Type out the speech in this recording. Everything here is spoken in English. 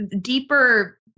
deeper